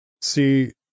See